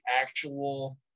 actual